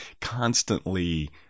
constantly